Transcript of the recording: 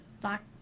black